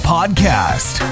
Podcast